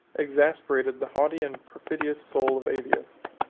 exasperated the haughty and perfidious soul of aetius.